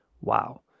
Wow